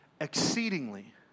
exceedingly